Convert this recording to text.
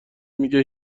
میگه